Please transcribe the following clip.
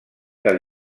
del